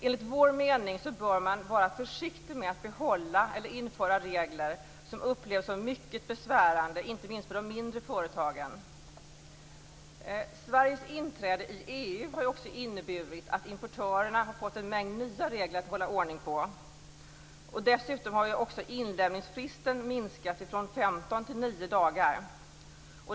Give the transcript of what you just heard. Enligt vår mening bör man vara försiktig med att behålla eller införa regler som upplevs som mycket besvärande inte minst för de mindre företagen. Sveriges inträde i EU har också inneburit att importörerna fått en mängd nya regler att hålla ordning på. Dessutom har inlämningsfristen minskat från 15 till 9 dagar.